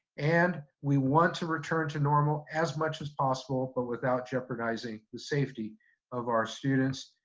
and we want to return to normal as much as possible, but without jeopardizing the safety of our students,